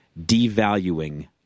devaluing